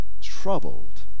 troubled